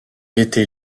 était